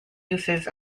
uses